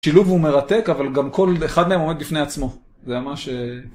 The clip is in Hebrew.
השילוב הוא מרתק, אבל גם כל אחד מהם עומד בפני עצמו, זה מה ש...